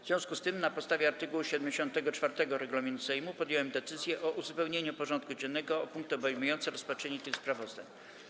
W związku z tym, na podstawie art. 74 regulaminu Sejmu, podjąłem decyzję o uzupełnieniu porządku dziennego o punkty obejmujące rozpatrzenie tych sprawozdań.